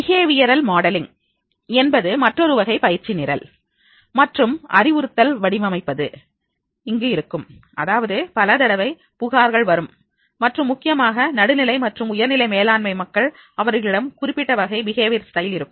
behavioural modelling என்பது மற்றொரு வகை பயிற்சி நிரல் மற்றும் அறிவுறுத்தல் வடிவமைப்பது இங்கு இருக்கும் அதாவது பல தடவை புகார்கள் வரும் மற்றும் முக்கியமாக நடுநிலை மற்றும் உயர்நிலை மேலாண்மை மக்கள் அவர்களிடம் குறிப்பிட்ட வகை பிஹேவியர் ஸ்டைல் இருக்கும்